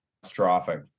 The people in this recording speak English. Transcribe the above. catastrophic